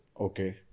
Okay